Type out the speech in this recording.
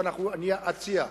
ואני אציע,